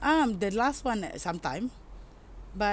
um the last one at some time